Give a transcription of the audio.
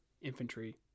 Infantry